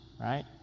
Right